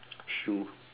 shoe